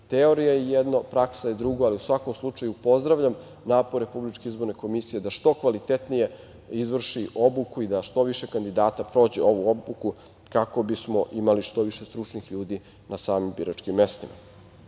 teorija je jedno, praksa je drugo. Ali, u svakom slučaju, pozdravljam napore RIK da što kvalitetnije izvrši obuku i da što više kandidata prođe ovu obuku, kako bismo imali što više stručnih ljudi na samim biračkim mestima. Grešaka